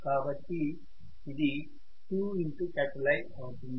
కాబట్టి ఇది 2I అవుతుంది